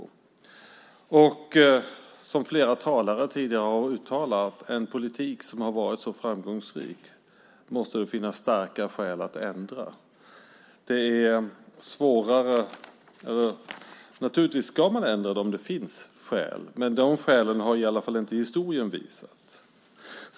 Som flera talare tidigare har uttalat vill jag säga att det måste finnas starka skäl för att man ska ändra på en politik som har varit så framgångsrik. Naturligtvis ska man ändra om det finns skäl, men de skälen har i alla fall inte historien visat.